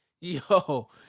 Yo